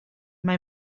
mae